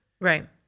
Right